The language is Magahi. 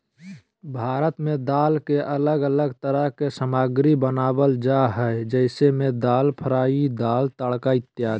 भारत में दाल के अलग अलग तरह के सामग्री बनावल जा हइ जैसे में दाल फ्राई, दाल तड़का इत्यादि